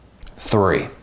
Three